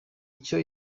icyo